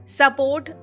support